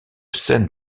scènes